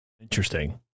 Interesting